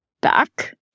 back